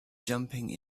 jumping